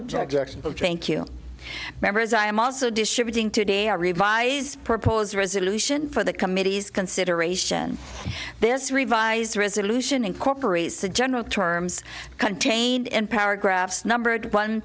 you members i am also distributing today i revise proposed resolution for the committee's consideration this revised resolution incorporates the general terms contained in paragraphs